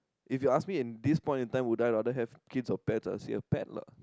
if you ask me in this point in time would I rather have kids or pets I would say a pet lah